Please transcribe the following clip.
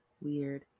Weird